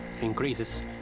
increases